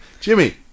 Jimmy